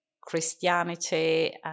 Christianity